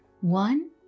one